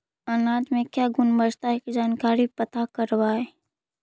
अनाज मे क्या गुणवत्ता के जानकारी पता करबाय?